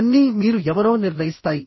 ఇవన్నీ మీరు ఎవరో నిర్ణయిస్తాయి